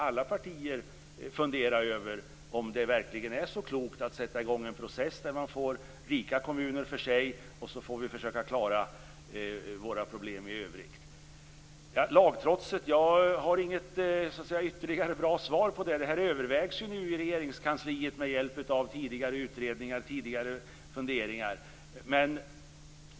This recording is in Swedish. Alla partier borde fundera över om det verkligen är så klokt att sätta i gång en process där man får rika kommuner för sig, och så får vi försöka klara våra problem i övrigt. När det gäller lagtrotset har jag inget ytterligare bra svar. Det här övervägs nu i Regeringskansliet med hjälp av tidigare utredningar, tidigare funderingar.